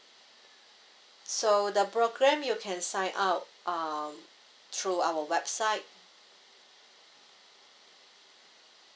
so the programme you can sign up um through our website